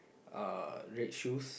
uh red shoes